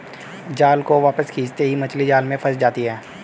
जाल को वापस खींचते ही मछली जाल में फंस जाती है